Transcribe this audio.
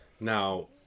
Now